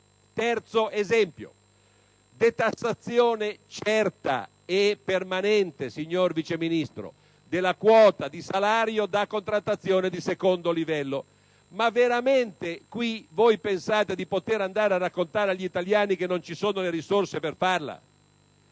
Terzo esempio: detassazione certa e permanente, signor Vice Ministro, della quota di salario da contrattazione di secondo livello. Ma veramente voi pensate di poter andare a raccontare agli italiani che non ci sono risorse per farla?